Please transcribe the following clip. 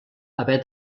haver